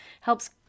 helps